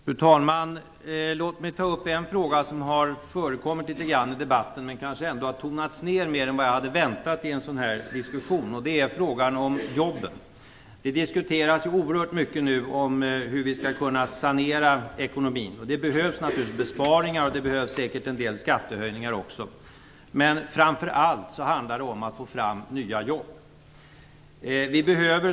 Fru talman! Låt mig ta upp en fråga som har förekommit litet grand i debatten men som har tonats ner mer än vad jag hade väntat mig i en sådan här diskussion, och det är frågan om jobben. Det diskuteras nu oerhört mycket hur vi skall kunna sanera ekonomin. Det behövs naturligtvis besparingar, och det behövs säkerligen en del skattehöjningar också. Men framför allt handlar det om att få fram nya jobb.